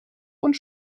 und